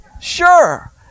Sure